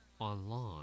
Online